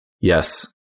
Yes